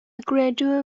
gradual